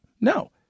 no